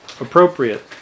appropriate